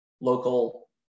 local